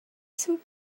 some